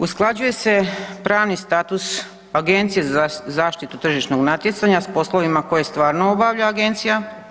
Usklađuje se pravni status Agencije za zaštitu tržišnog natjecanja s poslovima koje stvarno obavlja agencija.